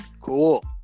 Cool